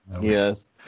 Yes